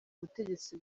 ubutegetsi